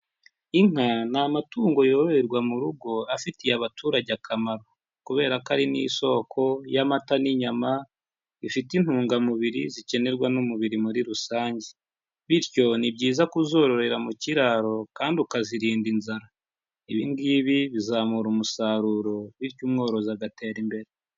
Inka ni amatungo yororerwa mu rugo afitiye abaturage akamaro. Kubera ko ari ni isoko y'amata n'inyama bifite intungamubiri zikenerwa n'umubiri muri rusange. Bityo ni byiza kuzororera mu kiraro kandi ukazirinda inzara. Ibi ngibi bizamura umusaruro, bityo umworozi agatera imbere.